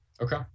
Okay